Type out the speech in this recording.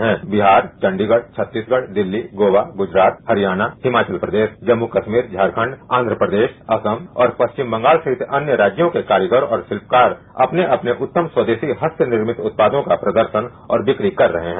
आंध्र प्रदेश असम बिहार चंडीगढ़ छत्तीसगढ़ दिल्ली गोवा गुजरात हरियाणा हिमाचल प्रदेश जम्मू कश्मीर झारखंड और पश्चिम बंगाल सहित अन्य राज्यों के कारीगर और शिल्पकार अपने अपने उत्तम स्वदेशी हस्तनिर्मित उत्पादों का प्रदर्शन और बिक्री कर रहे हैं